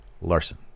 Larson